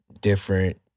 different